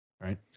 Right